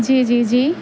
جی جی جی